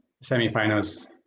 semi-finals